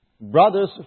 Brothers